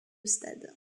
stade